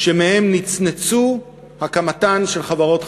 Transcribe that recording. שמהם נצנצה הקמתן של חברות חדשות.